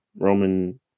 Roman